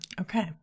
Okay